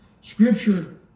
Scripture